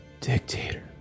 dictator